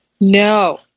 No